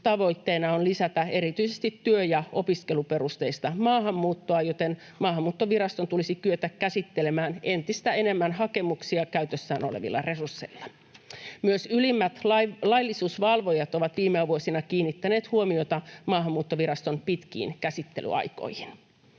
tavoitteena on lisätä erityisesti työ- ja opiskeluperusteista maahanmuuttoa, joten Maahanmuuttoviraston tulisi kyetä käsittelemään entistä enemmän hakemuksia käytössään olevilla resursseilla. Myös ylimmät laillisuusvalvojat ovat viime vuosina kiinnittäneet huomiota Maahanmuuttoviraston pitkiin käsittelyaikoihin.